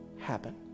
happen